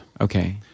Okay